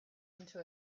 into